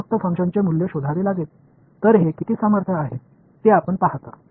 ஃபங்ஷனின் மதிப்பை நான் கண்டுபிடிக்க வேண்டும்